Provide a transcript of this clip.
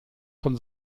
von